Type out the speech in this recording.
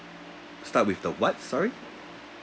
start with the what sorry